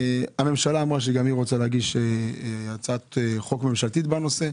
הממשלה אמרה שגם היא רוצה להגיש הצעת חוק ממשלתית בנושא.